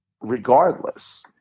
Regardless